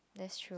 that's true